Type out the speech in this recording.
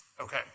Okay